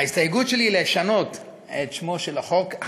ההסתייגות שלי היא לשנות את שמו של החוק.